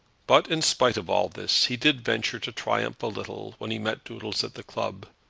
but, in spite of all this, he did venture to triumph a little when he met doodles at the club.